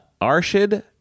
Arshid